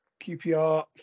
QPR